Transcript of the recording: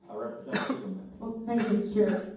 ah representative liebling thank you mr.